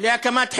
להקמת חירן?